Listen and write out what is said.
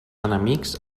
enemics